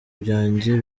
byanjye